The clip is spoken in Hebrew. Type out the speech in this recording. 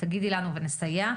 תגידי לנו ונסייע.